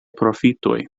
profitoj